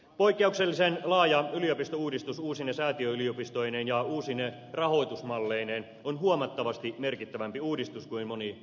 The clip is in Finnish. poikkeuksellisen laaja yliopistouudistus uusine säätiöyliopistoineen ja uusine rahoitusmalleineen on huomattavasti merkittävämpi uudistus kuin moni uskookaan